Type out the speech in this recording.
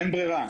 אין ברירה.